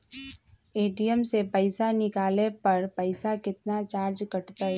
ATM से पईसा निकाले पर पईसा केतना चार्ज कटतई?